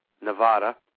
Nevada